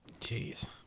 Jeez